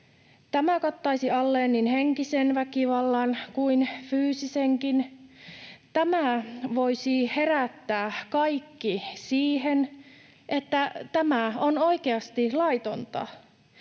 Tämä kattaisi alleen niin henkisen väkivallan kuin fyysisenkin. Tämä voisi herättää kaikki siihen, että tämä on oikeasti laitonta.